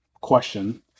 question